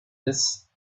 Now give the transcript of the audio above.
this